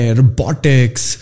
robotics